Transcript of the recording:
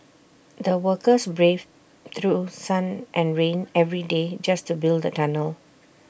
the workers braved through sun and rain every day just to build the tunnel